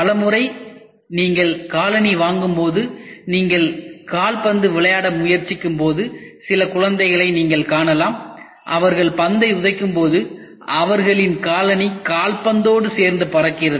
பல முறை நீங்கள் காலணி வாங்கும்போது நீங்கள் விளையாட்டு கால்பந்து விளையாட முயற்சிக்கும்போது சில குழந்தைகளை நீங்கள் காணலாம் அவர்கள் பந்தை உதைக்கும்போது அவர்களின் காலணி கால் பந்தோடு சேர்ந்து பறக்கிறது